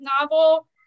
novel